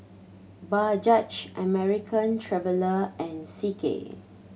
Bajaj American Traveller and C K